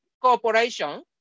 cooperation